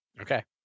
Okay